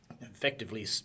effectively